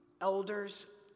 elders